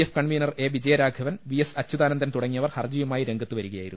F convener A Vijayaraghavan V S Achuthanandan തുട ങ്ങിയവർ ഹർജിയുമായി രംഗത്ത് വരികയായിരുന്നു